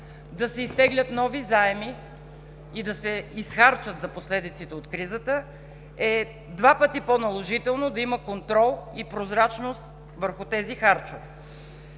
да се изтеглят нови заеми и да се изхарчат за последиците от кризата, е два пъти по-наложително да има контрол и прозрачност върху тези харчове.